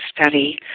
study